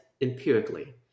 empirically